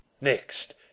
Next